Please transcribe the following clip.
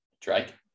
Drake